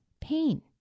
pain